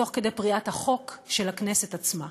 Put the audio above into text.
ותוך כדי פריעת החוק של הכנסת עצמה.